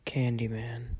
Candyman